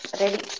ready